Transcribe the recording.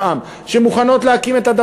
שמוכנות ללכת אתנו לשפרעם,